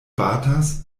batas